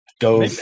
go